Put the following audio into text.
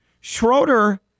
Schroeder